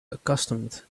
accustomed